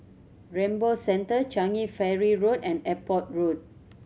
Rainbow Centre Changi Ferry Road and Airport Road